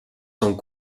sont